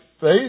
faith